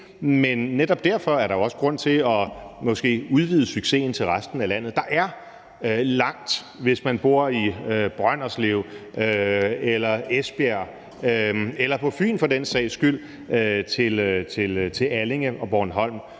Men netop derfor er der jo også grund til måske at udvide succesen til resten af landet. Der er langt, hvis man bor i Brønderslev eller Esbjerg eller på Fyn for den sags skyld, til Allinge og Bornholm,